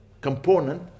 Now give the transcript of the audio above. component